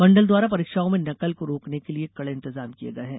मण्डल द्वारा परीक्षाओं में नकल को रोकने के लिए कड़े इंतजाम किये हैं